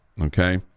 Okay